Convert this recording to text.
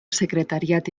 secretariat